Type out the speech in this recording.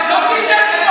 סמוטריץ'.